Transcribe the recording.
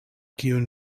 kiun